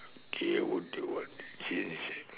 okay what they what they change eh